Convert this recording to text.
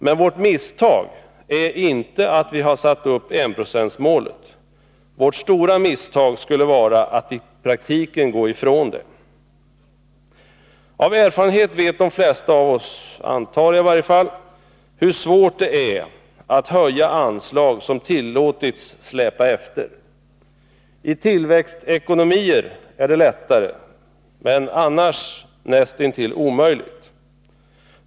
Men vårt misstag är inte att vi har satt upp enprocentsmålet — vårt stora misstag skulle vara att i praktiken gå ifrån det. Av erfarenhet vet de flesta av oss — antar jag — hur svårt det är att höja anslag som tillåtits släpa efter. I tillväxtekonomier är det lättare, men annars näst intill omöjligt.